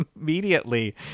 immediately